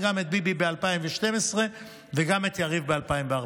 גם את ביבי ב-2012 וגם את יריב ב-2014.